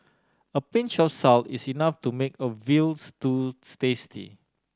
a pinch of salt is enough to make a veal stew tasty